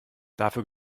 dafür